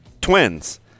twins